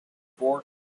four